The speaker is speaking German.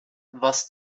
was